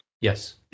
yes